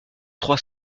trois